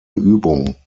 übung